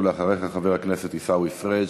ולאחריך, חבר הכנסת עיסאווי פריג'.